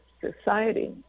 society